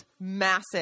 massive